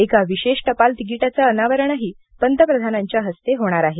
एका विशेष टपाल तिकिटाचे अनावरणही पंतप्रधानांच्या हस्ते होणार आहे